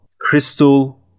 Crystal